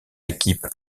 équipe